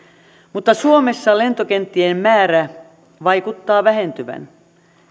mutta suomessa lentokenttien määrä vaikuttaa vähentyvän